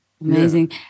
Amazing